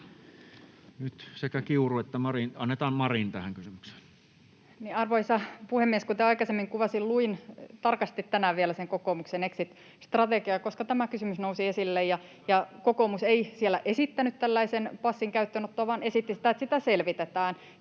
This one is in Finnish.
Nyt sekä Kiuru että Marin... Annetaan Marin tähän kysymykseen. Arvoisa puhemies! Kuten aikaisemmin kuvasin, luin tarkasti vielä tänään sen kokoomuksen exit-strategian, koska tämä kysymys nousi esille, ja kokoomus ei siellä esittänyt tällaisen passin käyttöönottoa vaan esitti sitä, että sitä selvitetään.